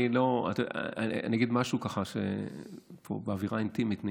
אני אגיד משהו באווירה אינטימית,